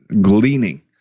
gleaning